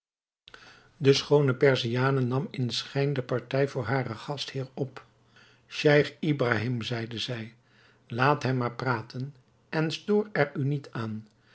de schoone perziane nam in schijn de partij voor haren gastheer op scheich ibrahim zeide zij laat hem maar praten en stoor er u niet aan